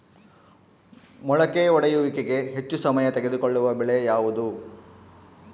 ಮೊಳಕೆ ಒಡೆಯುವಿಕೆಗೆ ಹೆಚ್ಚು ಸಮಯ ತೆಗೆದುಕೊಳ್ಳುವ ಬೆಳೆ ಯಾವುದು?